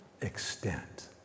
extent